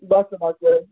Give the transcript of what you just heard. ਬਸ ਬਸ